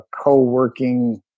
co-working